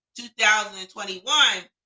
2021